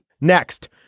Next